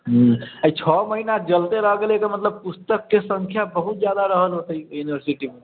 हूँ आ ई छओ महीना जलते रही गेलै एकर मतलब पुस्तक के संख्या बहुत जादा रहल हेतै एहि यूनिवर्सिटी मे